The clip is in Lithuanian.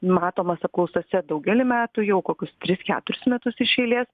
matomas apklausose daugelį metų jau kokius tris keturis metus iš eilės